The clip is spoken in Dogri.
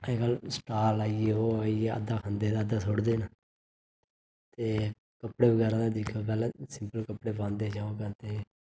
अज्ज कल स्टाल आई गे ओह् आई गेआ अद्धा खंदे ते अद्धा सुटदे न ते कपड़े बगैरा पैह्लें सीते दे कपड़े पांदे हे जां ओह् पांदे हे